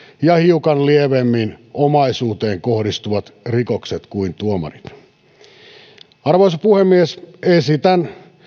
ja hiukan lievemmin omaisuuteen kohdistuvat rikokset arvoisa puhemies esitän